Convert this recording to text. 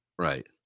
Right